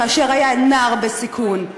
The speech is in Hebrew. כאשר היה נער בסיכון.